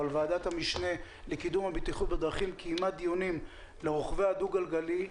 אבל ועדת המשנה לקידום הבטיחות בדרכים קיימה דיונים לרוכבי הדו גלגלי,